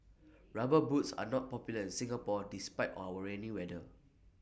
rubber boots are not popular in Singapore despite our rainy weather